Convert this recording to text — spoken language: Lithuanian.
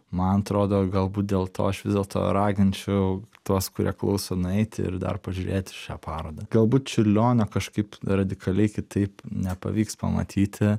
man atrodo galbūt dėl to aš vis dėlto raginčiau tuos kurie klauso nueiti ir dar pažiūrėti šią parodą galbūt čiurlionio kažkaip radikaliai kitaip nepavyks pamatyti